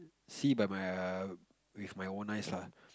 see by my err with my own eyes lah